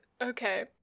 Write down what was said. okay